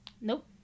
Nope